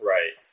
Right